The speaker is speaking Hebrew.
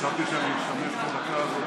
אחרי ששר מצהיר את הצהרת האמונים,